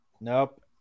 nope